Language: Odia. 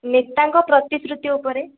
ନେତାଙ୍କ ପ୍ରତିଶୃତି ଉପରେ